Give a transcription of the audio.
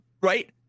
Right